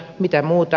mitä muuta